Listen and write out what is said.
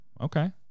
okay